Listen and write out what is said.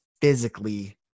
physically